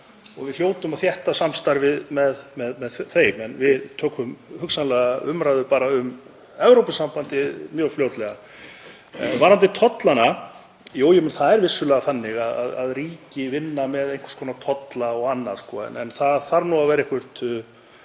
og við hljótum að þétta samstarfið með þeim löndum. En við tökum hugsanlega bara umræðu um Evrópusambandið mjög fljótlega. Varðandi tollana. Jú, jú, það er vissulega þannig að ríki vinna með einhvers konar tolla og annað, en það þarf að vera eitthvert